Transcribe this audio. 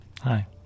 Hi